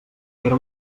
era